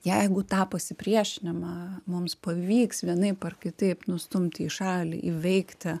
jeigu tą pasipriešinimą mums pavyks vienaip ar kitaip nustumti į šalį įveikti